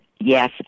yes